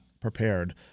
prepared